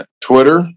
Twitter